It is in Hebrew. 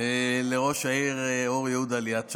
לראש העיר אור יהודה ליאת שוחט.